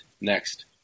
next